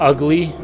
Ugly